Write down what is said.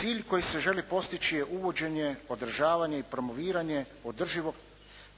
Cilj koji se želi postići je uvođenje, podržavanje i promoviranje održivog